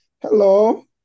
Hello